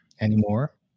anymore